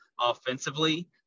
offensively